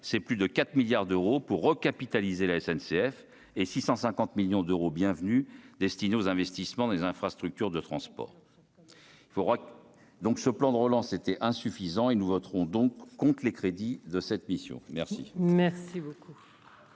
c'est plus de 4 milliards d'euros pour recapitaliser la SNCF et 650 millions d'euros Bienvenue destinés aux investissements dans les infrastructures de transport, il faudra donc ce plan de relance était insuffisant et nous voterons donc compte les crédits de cette mission, merci.